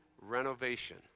renovation